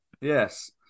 Yes